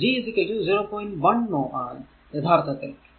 1 മോ ആണ് യഥാർത്ഥത്തിൽ